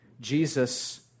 Jesus